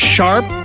Sharp